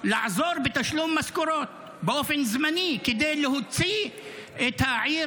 לעזור בתשלום משכורות באופן זמני כדי להוציא את העיר